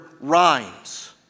rhymes